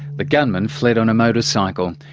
the gunman fled on a motorcycle.